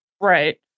right